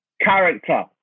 character